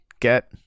get